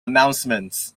announcements